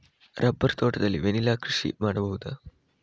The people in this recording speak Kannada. ರಬ್ಬರ್ ತೋಟದಲ್ಲಿ ವೆನಿಲ್ಲಾ ಕೃಷಿ ಮಾಡಬಹುದಾ?